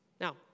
Now